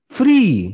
free